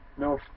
no